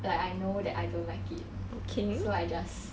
like I know that I don't like it so I just